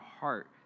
heart